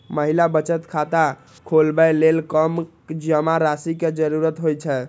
महिला बचत खाता खोलबै लेल कम जमा राशि के जरूरत होइ छै